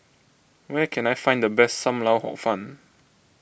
where can I find the best Sam Lau Hor Fun